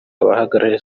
abahagarariye